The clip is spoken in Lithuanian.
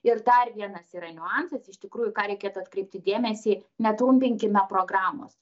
ir dar vienas yra niuansas iš tikrųjų į ką reikėtų atkreipti dėmesį netrumpinkime programos